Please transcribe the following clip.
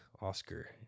Oscar